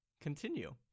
Continue